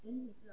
hmm